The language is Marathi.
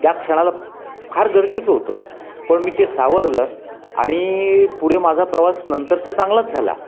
त्या क्षणाला फार गरजेच होतं पण मी ते सावरलं आणि पुढे माझा प्रवास नंतरचा चांगलाच झाला